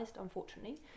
unfortunately